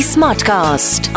Smartcast